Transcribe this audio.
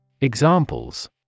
Examples